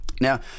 Now